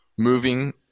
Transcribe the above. moving